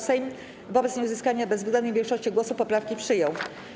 Sejm wobec nieuzyskania bezwzględnej większości głosów poprawki przyjął.